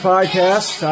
Podcast